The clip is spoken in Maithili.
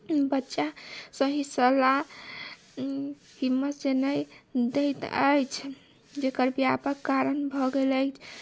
बच्चा सही सलाह हिम्मत से नहि दैत अछि जेकर व्यापक कारण भए गेल अछि